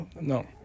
No